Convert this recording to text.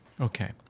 Okay